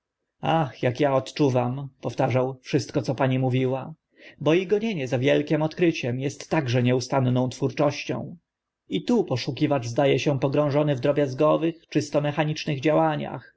ach ak a odczuwam powtarzał wszystko co pani mówiła bo i gonienie za wielkim odkryciem est także nieustanną twórczością i tu poszukiwacz zda e się pogrążony w drobiazgowych czysto mechanicznych działaniach